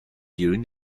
during